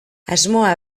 asmoa